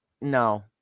No